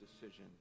decision